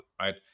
right